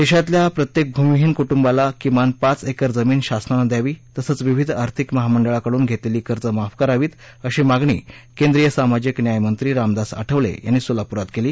देशातल्या प्रत्येक भूमिहीन कुटुंबाला किमान पाच एकर जमीन शासनानं द्यावी तसंच विविध आर्थिक महामंडळाकडुन घेतलेली कर्ज माफ करावीत अशी मागणी केंद्रीय सामाजिक न्याय मंत्री रामदास आठवले यांनी सोलापुरात केली